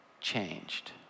changed